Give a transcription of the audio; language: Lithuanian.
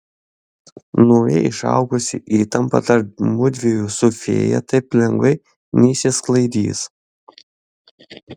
naujai išaugusi įtampa tarp mudviejų su fėja taip lengvai neišsisklaidys